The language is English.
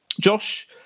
Josh